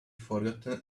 forgotten